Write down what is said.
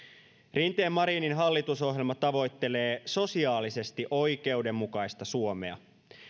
rinteen marinin hallitusohjelma tavoittelee sosiaalisesti oikeudenmukaista suomea